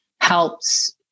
helps